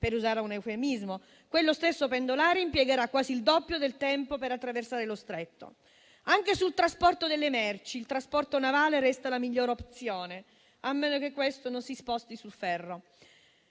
per usare un eufemismo -, impiegherà quasi il doppio del tempo per attraversare lo Stretto. Anche per le merci il trasporto navale resta la migliore opzione, a meno che questo non si sposti su ferro.